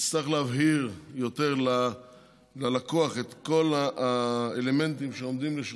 יצטרך להבהיר יותר ללקוח את כל האלמנטים שעומדים לרשותו,